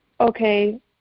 okay